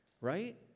Right